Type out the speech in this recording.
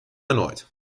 erneut